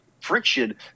friction